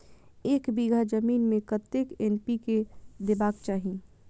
एक बिघा जमीन में कतेक एन.पी.के देबाक चाही?